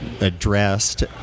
addressed